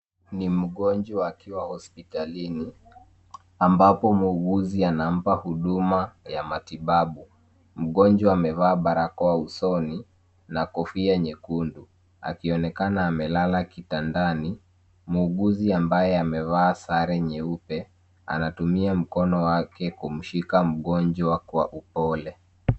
Ni ya mgonjwa akiwa hospitalini, ambapo muuguzi anampaa huduma ya matibabu. Mgonjwa amevaa barakoa usoni na kofia nyekundu, akionekana amelala kitandani. Muuguzi ambaye amevaa sare nyeupe, anatumia mkono wake kumshika mgonjwa kwa upole.